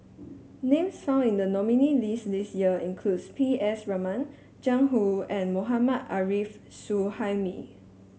names found in the nominees' list this year include P S Raman Jiang Hu and Mohammad Arif Suhaimi